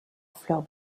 fleurs